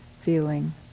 feeling